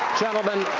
gentlemen,